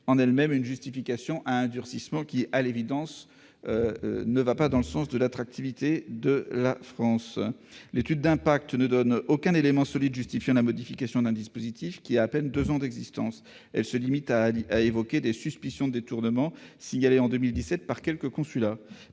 en soi une justification de ce durcissement qui, à l'évidence, ne va pas dans le sens du renforcement de l'attractivité de la France. L'étude d'impact ne donne aucun élément solide justifiant la modification d'un dispositif qui a à peine deux ans d'existence. Elle se limite à évoquer « des suspicions de détournements signalées en 2017 par quelques consulats